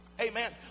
Amen